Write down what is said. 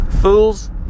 Fools